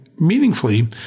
meaningfully